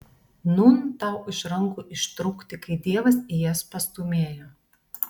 nūn tau iš rankų ištrūkti kai dievas į jas pastūmėjo